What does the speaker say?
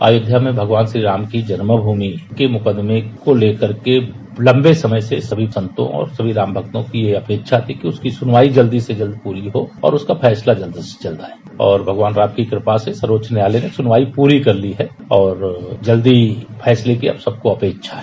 अयोध्या में भगवान श्रीराम की जन्मभूमि कके मुकदमें को लेकर के लम्बे समय से सभी संतों और सभी राम भक्तों की यह अपेक्षा थी कि उसकी सुनवाई जल्द से जल्द पूरी हो और उसका फैसला जल्द से जल्द आये और भगवान राम की कृपा से सर्वोच्च न्यायालय ने सुनवाई पूरी कर ली है और जल्द ही फैसले की हम सबको अपेक्षा है